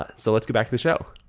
ah so let's get back to the show.